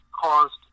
caused